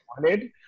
wanted